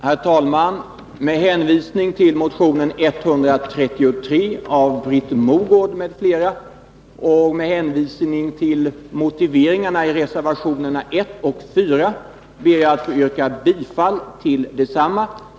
Herr talman! Med hänvisning till motion 133 av Britt Mogård m.fl. och med hänvisning till motiveringarna i reservationerna 1 och 4 ber jag att få yrka bifall till desamma.